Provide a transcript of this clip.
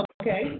Okay